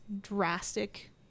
drastic